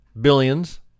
billions